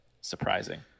surprising